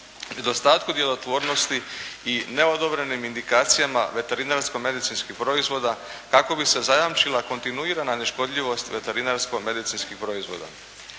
i neodobrenim indikacijama veterinarsko-medicinskih proizvoda kako bi se zajamčila kontinuirana neškodljivost veterinarsko-medicinskih proizvoda.